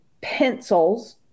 pencils